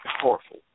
powerful